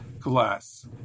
Glass